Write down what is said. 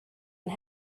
and